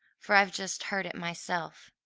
for i've just heard it myself,